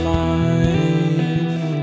life